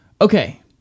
Okay